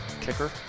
kicker